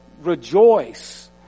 rejoice